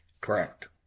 Correct